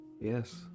Yes